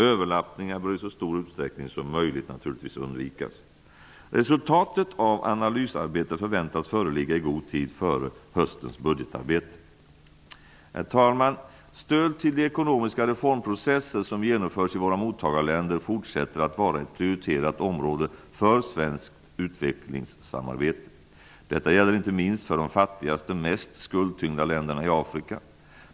Överlappningar bör naturligtvis i så stor utsträckning som möjligt undvikas. Resultatet av analysarbetet förväntas föreligga i god tid före höstens budgetarbete. Herr talman! Stöd till de ekonomiska reformprocesser som genomfördes i våra mottagarländer fortsätter att vara ett prioriterat område för svenskt utvecklingssamarbete. Det gäller inte minst för de fattigaste, mest skuldtyngda länderna i Afrika.